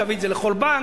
תביא את זה לכל בנק.